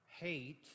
hate